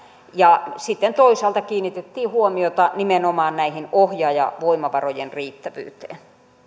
ja sitten toisaalta kiinnitettiin huomiota nimenomaan näiden ohjaajavoimavarojen riittävyyteen